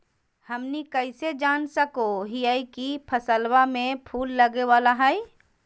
हमनी कइसे जान सको हीयइ की फसलबा में फूल लगे वाला हइ?